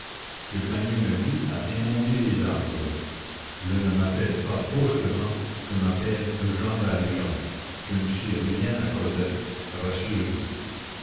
je gagnais ma vie à émonder des arbres je ne m'appelle pas fauchelevent je m'appelle jean valjean je ne suis rien à cosette rassurez-vous